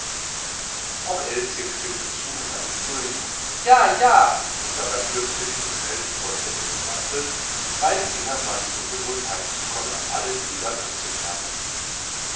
auch elschen stimmte zu mit einem fröhlichen ja ja und dabei schlüpfte sie so schnell sie konnte in ihren mantel und beiden kindern war die ungeduld heimzukommen an allen gliedern anzumerken